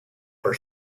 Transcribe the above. for